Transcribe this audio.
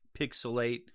Pixelate